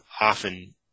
often